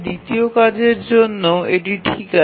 দ্বিতীয় কাজের জন্যেও এটি ঠিক আছে